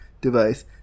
device